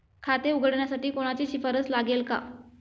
खाते उघडण्यासाठी कोणाची शिफारस लागेल का?